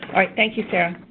all right, thank you, sarah.